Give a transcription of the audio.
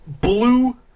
blue